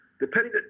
depending